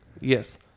Yes